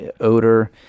odor